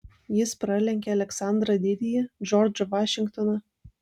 jis pralenkė aleksandrą didįjį džordžą vašingtoną